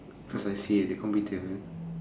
cause I see at the computer